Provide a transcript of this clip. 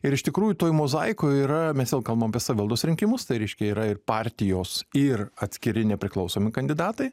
ir iš tikrųjų toj mozaikoj yra mes vėl kalbam apie savivaldos rinkimus tai reiškia yra ir partijos ir atskiri nepriklausomi kandidatai